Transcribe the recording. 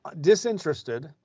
disinterested